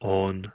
on